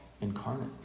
incarnate